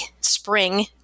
spring